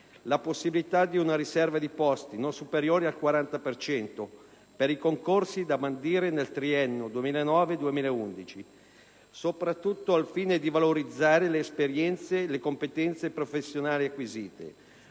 la possibilità di una riserva di posti (non superiore al 40 per cento) per i concorsi da bandire nel triennio 2009-2011, soprattutto al fine di valorizzare le esperienze e le competenze professionali acquisite.